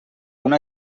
una